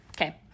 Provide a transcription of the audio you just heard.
Okay